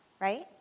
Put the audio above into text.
right